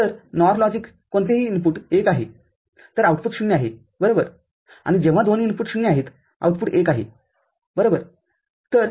तर NOR logic कोणतेही input १आहे तर आऊटपुट ० आहे बरोबर आणि जेव्हा दोन्ही इनपुट 0 आहेत आउटपुट १ आहे बरोबर